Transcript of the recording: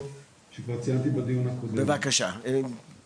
עיקריות שכבר ציינתי בדיון הקודם שקיימה הוועדה בנושא.